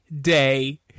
day